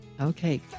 Okay